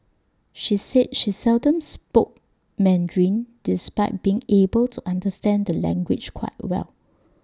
he said she seldom spoke Mandarin despite being able to understand the language quite well